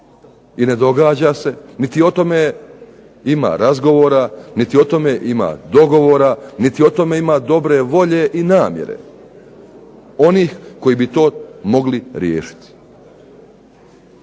i ne događa se niti o tome ima razgovora, niti o tome dogovora, niti o tome ima dobre volje i namjere onih koji bi to mogli riješiti.